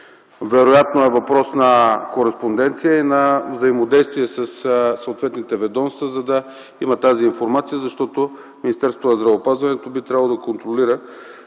Вероятно е въпрос на кореспонденция и на взаимодействие със съответните ведомства, за да има тази информация, защото Министерството на здравеопазването би трябвало да контролира